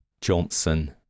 Johnson